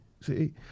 See